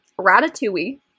ratatouille